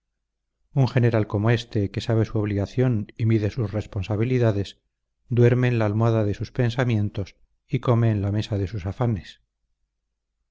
un general como éste que sabe su obligación y mide sus responsabilidades duerme en la almohada de sus pensamientos y come en la mesa de sus afanes